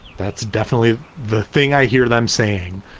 that's definitely the thing i hear them saying.